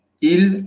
Il